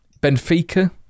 Benfica